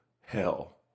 hell